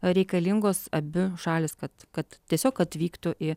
reikalingos abi šalys kad kad tiesiog atvyktų į